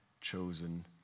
chosen